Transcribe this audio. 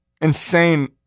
Insane